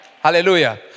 Hallelujah